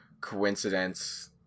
coincidence